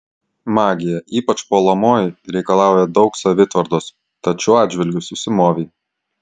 magija ypač puolamoji reikalauja daug savitvardos tad šiuo atžvilgiu susimovei